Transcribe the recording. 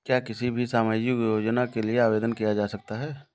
क्या किसी भी सामाजिक योजना के लिए आवेदन किया जा सकता है?